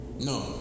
No